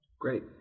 Great